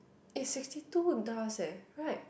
eh sixty two does eh right